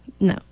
No